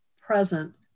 present